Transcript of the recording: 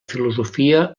filosofia